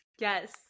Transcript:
Yes